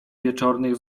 wieczornych